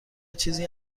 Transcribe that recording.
چیزی